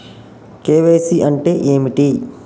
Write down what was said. KYC అంటే ఏమిటి?